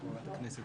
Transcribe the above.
הכנסת